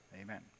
Amen